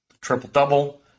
Triple-double